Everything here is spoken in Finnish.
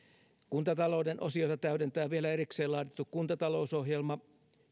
kuntatalouden osioita täydentää vielä erikseen laadittu kuntatalousohjelma